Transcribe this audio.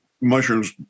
mushrooms